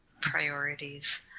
Priorities